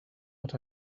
what